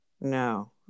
No